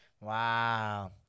Wow